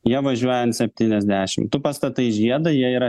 jie važiuoja an septyniasdešim tu pastatai žiedą jie yra